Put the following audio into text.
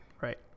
right